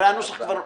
הרי הנוסח כבר מובא.